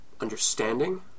understanding